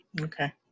Okay